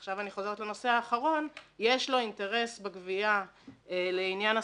עכשיו אני חוזרת לנושא האחרון שיש לו אינטרס בגבייה לעניין השכר.